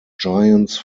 giants